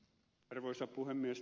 arvoisa puhemies